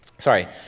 Sorry